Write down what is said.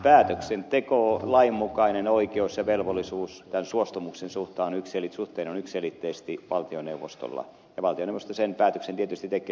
päätöksenteko lainmukainen oikeus ja velvollisuus tämän suostumuksen suhteen on yksiselitteisesti valtioneuvostolla ja valtioneuvosto sen päätöksen tietysti tekee